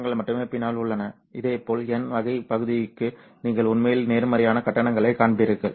எலக்ட்ரான்கள் மட்டுமே பின்னால் உள்ளன இதேபோல் n வகை பகுதிக்கு நீங்கள் உண்மையில் நேர்மறையான கட்டணங்களைக் காண்பீர்கள்